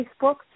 Facebook